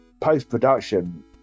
post-production